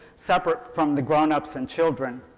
separate from the grown-ups and children.